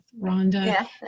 Rhonda